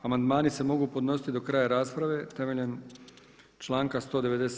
Amandmani se mogu podnositi do kraja rasprave temeljem članka 197.